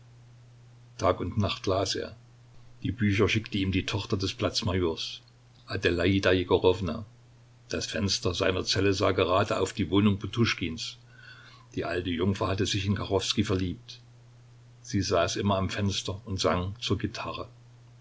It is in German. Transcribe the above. tag und nacht las er die bücher schickte ihm die tochter des platz majors adelaida jegorowna das fenster seiner zelle sah gerade auf die wohnung poduschkins die alte jungfer hatte sich in kachowskij verliebt sie saß immer am fenster und sang zur gitarre